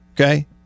okay